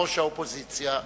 ראש האופוזיציה.